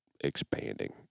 expanding